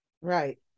Right